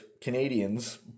Canadians